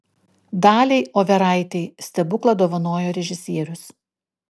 daliai overaitei stebuklą dovanojo režisierius